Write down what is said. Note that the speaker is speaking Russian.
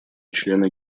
члены